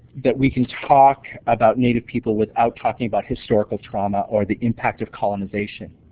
that we can talk about native people without talking about historical trauma or the impact of colonization.